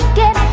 get